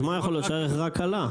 אז מה יכול להיות, שהערך רק עלה.